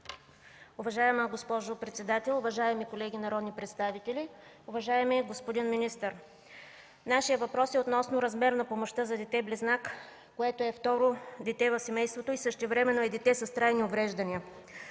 Уважаема госпожо председател, уважаеми колеги народни представители! Уважаеми господин министър, нашият въпрос е относно размера на помощта за дете близнак, което е второ дете в семейството и същевременно е дете с трайни увреждания.